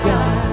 God